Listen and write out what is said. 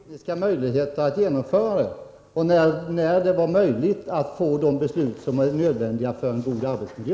Herr talman! Man gjorde det när det fanns tekniska möjligheter att genomföra förslaget och när det var möjligt att få igenom beslut om en god arbetsmiljö.